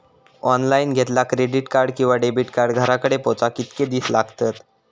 Online घेतला credit card किंवा debit card घराकडे पोचाक कितके दिस लागतत?